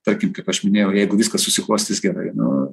tarkim kaip aš minėjau jeigu viskas susiklostys gerai nu